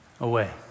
away